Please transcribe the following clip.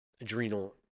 adrenal